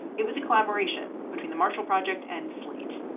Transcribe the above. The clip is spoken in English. it was a collaboration between the marshall project and slate.